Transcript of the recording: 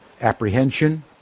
apprehension